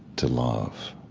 to love,